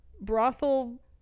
brothel